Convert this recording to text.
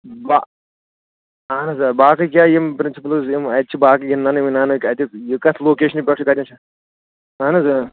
اَہن حظ آ باقٕے جایہِ یِم پِرٛنسِپٕلٕز یِم اَتہِ چھِ باقٕے گِنٛدَنہٕ وِنٛدَنہٕ اَتہِ اَتٮ۪تھ یہِ کَتھ لوکیشنہِ پٮ۪ٹھ چھُ کَتٮ۪ن چھِ اَہن حظ اۭں